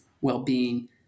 well-being